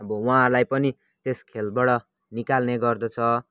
अब उहाँलाई पनि त्यस खेलबड निकाल्ने गर्दछ